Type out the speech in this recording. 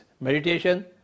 meditation